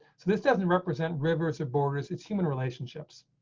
so this doesn't represent rivers of borders, it's human relationships.